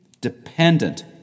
dependent